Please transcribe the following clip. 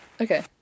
Okay